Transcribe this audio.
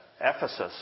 Ephesus